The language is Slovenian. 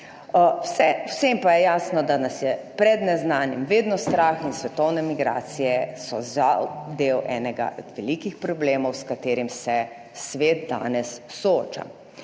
vsem pa je jasno, da nas je pred neznanim vedno strah in svetovne migracije so žal del enega od velikih problemov s katerim se svet danes sooča.